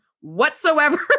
whatsoever